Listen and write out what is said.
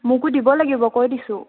মোকো দিব লাগিব কৈ দিছোঁ